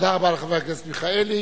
תודה רבה לחבר הכנסת מיכאלי.